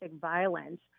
violence